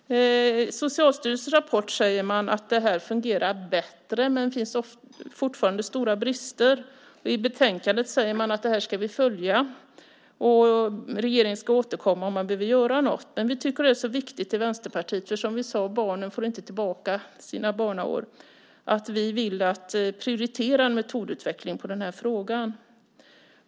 I Socialstyrelsens rapport säger man att det här fungerar bättre, men det finns fortfarande stora brister. I betänkandet säger man att vi ska följa det här och att regeringen ska återkomma om man behöver göra något. Men vi i Vänsterpartiet tycker att det är så viktigt, eftersom barnen inte får tillbaka sina barnaår, som jag sade, att vi vill prioritera en metodutveckling i den här frågan.